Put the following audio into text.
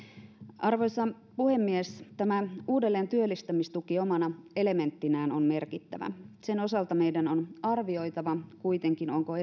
arvoisa puhemies tämä uudelleentyöllistämistuki omana elementtinään on merkittävä sen osalta meidän on kuitenkin arvioitava onko